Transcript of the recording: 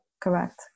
correct